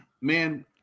man